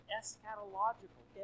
eschatological